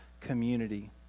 community